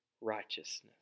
righteousness